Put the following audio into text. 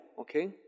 okay